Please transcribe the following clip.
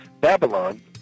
Babylon